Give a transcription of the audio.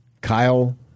Kyle